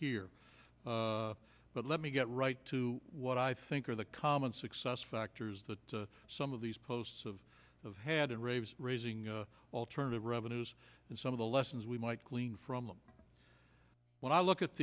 here but let me get right to what i think are the common success factors that some of these posts of have had and raves raising alternative revenues and some of the lessons we might glean from them when i look at